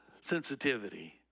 Sensitivity